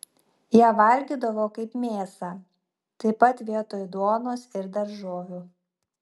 ją valgydavo kaip mėsą taip pat vietoj duonos ir daržovių